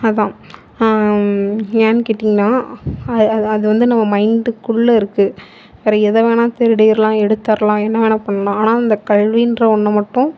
அதுதான் ஏன்னெனு கேட்டிங்னால் அது வந்து நம்ம மைண்டுக்குள்ளேருக்கு வேறு எதை வேணால் திருடிடலாம் எடுத்துடலாம் என்ன வேணால் பண்ணலாம் ஆனால் இந்த கல்விகிற ஒன்றை மட்டும்